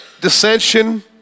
dissension